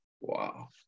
Wow